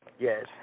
Yes